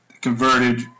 converted